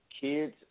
kids